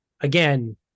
again